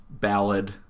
ballad